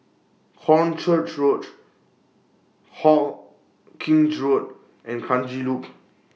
Hornchurch Roach Hawkinge Road and Kranji Loop